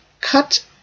cut